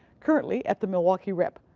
currently at the milwaukee rep.